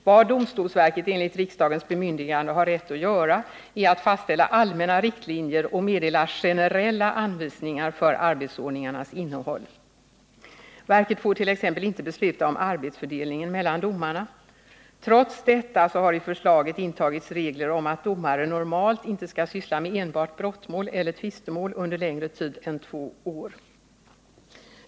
Vad domstolsverket enligt riksdagens bemyndigande har rätt att göra är att fastställa allmänna riktlinjer och meddela generella anvisningar för arbetsordningarnas innehåll. Verket får t.ex. inte besluta om arbetsfördelningen mellan domarna. Trots detta har i förslaget intagits regler om att domare normalt inte skall syssla med enbart brottmål eller tvistemål under längre tid än två år.